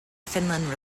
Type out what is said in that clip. finland